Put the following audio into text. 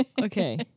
Okay